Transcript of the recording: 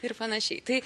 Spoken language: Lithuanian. ir panašiai tai